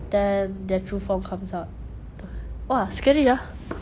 then their true form comes out !wah! scary ah